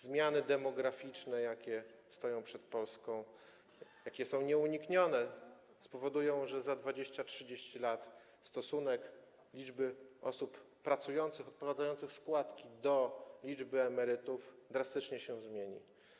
Zmiany demograficzne, jakie stoją przed Polską, jakie są nieuniknione, spowodują, że za 20–30 lat stosunek liczby osób pracujących, odprowadzających składki do liczby emerytów drastycznie się zmieni.